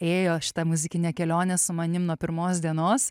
ėjo šita muzikinė kelionė su manim nuo pirmos dienos